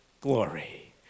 glory